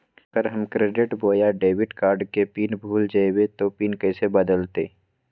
अगर हम क्रेडिट बोया डेबिट कॉर्ड के पिन भूल जइबे तो पिन कैसे बदलते?